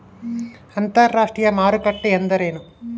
ಅಂತರಾಷ್ಟ್ರೇಯ ಮಾರುಕಟ್ಟೆ ಎಂದರೇನು?